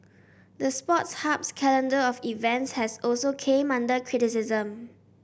the Sports Hub's calendar of events has also came under criticism